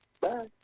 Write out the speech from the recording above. Bye